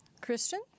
Christian